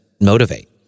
motivate